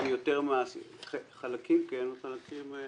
חלקים כן וחלקים לא.